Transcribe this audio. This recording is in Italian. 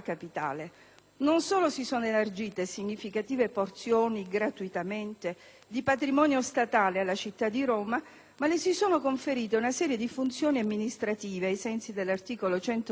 Non solo si sono elargite gratuitamente significative porzioni di patrimonio statale alla città di Roma, ma le si sono conferite una serie di funzioni amministrative, ai sensi dell'articolo 118,